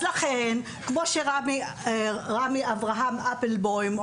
אז לכן כמו שרמי אברהם הופנברג אומר,